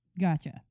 Gotcha